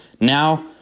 now